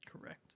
correct